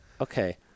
okay